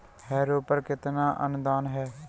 Harrow पर कितना अनुदान है?